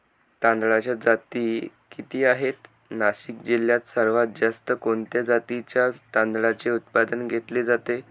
तांदळाच्या जाती किती आहेत, नाशिक जिल्ह्यात सर्वात जास्त कोणत्या जातीच्या तांदळाचे उत्पादन घेतले जाते?